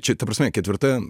čia ta prasme ketvirta